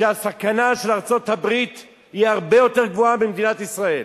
שהסכנה לארצות-הברית היא הרבה יותר גדולה מלמדינת ישראל.